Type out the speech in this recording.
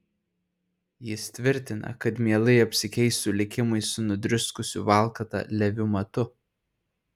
jis tvirtina kad mielai apsikeistų likimais su nudriskusiu valkata leviu matu